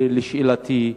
לשאלתי,